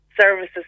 services